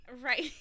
Right